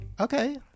okay